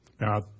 Now